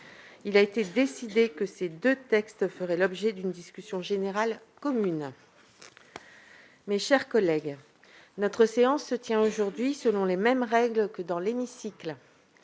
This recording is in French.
Il a été décidé que ces deux textes feraient l'objet d'une discussion générale commune. Mes chers collègues, notre séance se tient aujourd'hui salle Médicis, selon les mêmes règles que dans l'hémicycle.